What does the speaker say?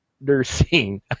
nursing